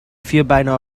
vierbeiner